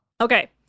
Okay